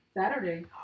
Saturday